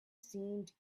seemed